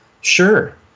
Sure